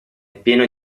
pieno